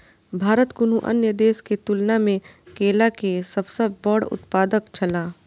भारत कुनू अन्य देश के तुलना में केला के सब सॉ बड़ा उत्पादक छला